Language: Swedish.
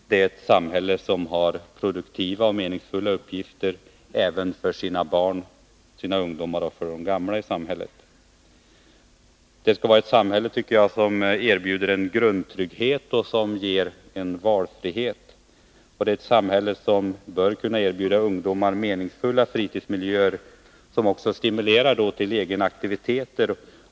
Det är ett samhälle som erbjuder även barn, ungdomar och gamla produktiva och meningsfulla uppgifter. Det skall vara ett samhälle, tycker jag, som erbjuder grundtrygghet och valfrihet. Samhället bör kunna erbjuda ungdomar meningsfulla fritidsmiljöer som också stimulerar till egenaktiviteter.